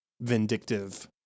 vindictive